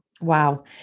Wow